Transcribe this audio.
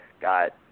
got